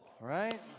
right